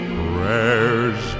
prayers